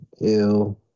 Ew